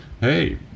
hey